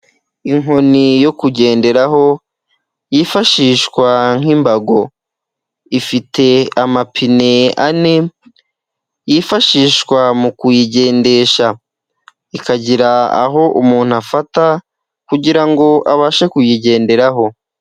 Inkoni yo kugenderaho yifashishwa nk'imbago, ifite amapine ane yifashishwa mu kuyigendesha ikagira aho umuntu afata kugira ngo abashe kuyigenderaho.